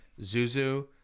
Zuzu